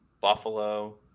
Buffalo